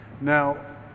now